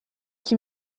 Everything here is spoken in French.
qui